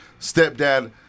stepdad